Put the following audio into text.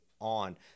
on